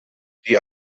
die